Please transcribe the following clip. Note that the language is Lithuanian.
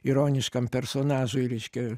ironiškam personažui reiškia